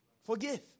Forgive